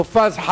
מופז,